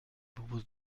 propose